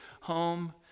home